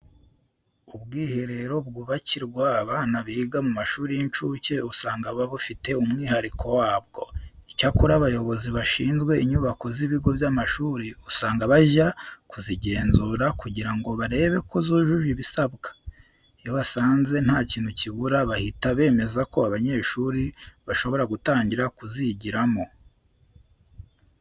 Ubwiherero bwubakirwa abana biga mu mashuri y'incuke usanga buba bufite umwihariko wabwo. Icyakora abayobozi bashinzwe inyubako z'ibigo by'amashuri usanga bajya kuzigenzura kugira ngo barebe ko zujuje ibisabwa. Iyo basanze nta kintu kibura, bahita bemeza ko abanyeshuri bashobora gutangira kuzigiramo.